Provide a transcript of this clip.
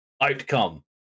outcome